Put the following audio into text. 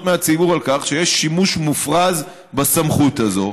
מהציבור על כך שיש שימוש מופרז בסמכות הזאת.